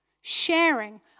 sharing